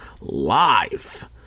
live